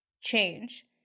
change